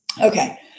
Okay